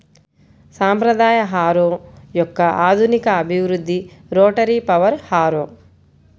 సాంప్రదాయ హారో యొక్క ఆధునిక అభివృద్ధి రోటరీ పవర్ హారో